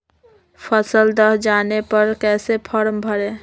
फसल दह जाने पर कैसे फॉर्म भरे?